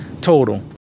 total